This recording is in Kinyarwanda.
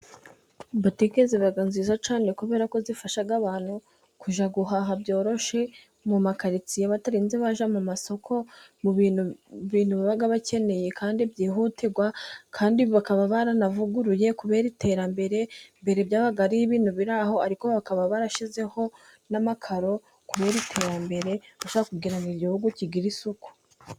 Butike ziba nziza cyane kubera ko zifasha abantu kujya guhaha byoroshye mu makaritsiye, batarinze bajya mu masoko mu bintu baba bakeneye kandi byihutirwa, kandi bakaba baranavuguruye kubera iterambere. Mbere byabaga ari ibintu biri aho, ariko ubu bakaba barashyizeho n'amakaro kubera iterambere kugira ngo Ihugu kigira isuku.